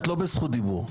את לא בזכות דיבור.